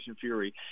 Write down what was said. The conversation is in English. Fury